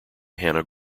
hannah